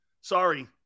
Sorry